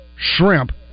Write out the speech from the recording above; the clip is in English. shrimp